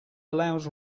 allows